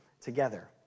together